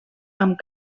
amb